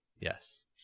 yes